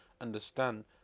understand